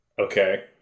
Okay